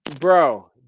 bro